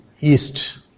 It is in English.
East